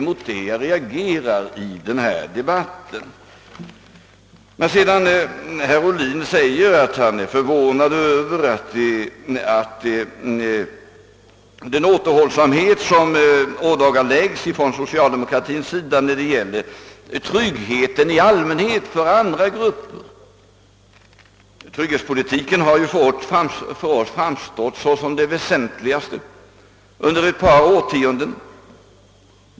Hö fo é Herr Ohlin säger att han är förvånsd över den återhållsamhet som socialdemokratin ådagalägger. när det gäller tryggheten i allmänhet för andra grupper. ”Trygglietspolitiken har, för :;:oss framstått som det. väsentligaste. Under: ett par årtionden:har vi genomfört.